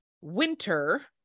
winter